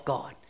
God